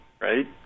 right